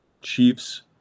Chiefs